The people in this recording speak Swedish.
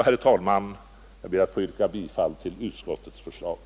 Herr talman! Jag ber att få yrka bifall till utskottets hemställan.